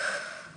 הוא